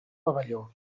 pavelló